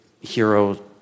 hero